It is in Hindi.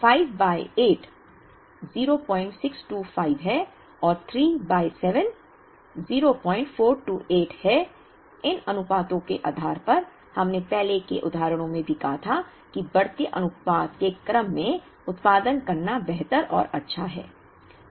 इसलिए 5 बाय 8 0625 है और 3 बाय 7 0428 है इन अनुपातों के आधार पर हमने पहले के उदाहरणों में भी कहा था कि बढ़ती अनुपात के क्रम में उत्पादन करना बेहतर और अच्छा है